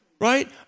right